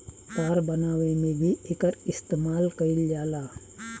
तार बनावे में भी एकर इस्तमाल कईल जाला